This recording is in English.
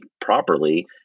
properly